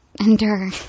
endure